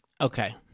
Okay